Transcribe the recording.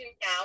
now